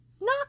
knock